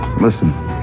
Listen